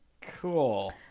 cool